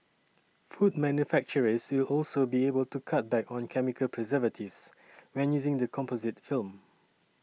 food manufacturers will also be able to cut back on chemical preservatives when using the composite film